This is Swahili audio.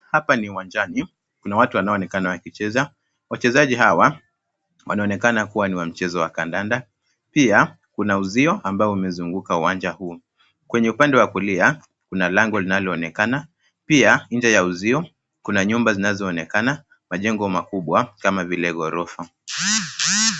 Hapa ni uwanjani. Kuna watu wanaoonekana wakicheza. Wachezaji hawa wanaonekana kuwa ni wachezaji wa kandanda. Pia kuna uzio ambao umezunguka uwanja huu. Kwenye upande wa kulia kuna lango linaloonekana. Pia, nje ya uzio kina nyumba zinazoonekana, majengo makubwa kama vile ghorofa.